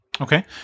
Okay